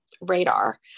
radar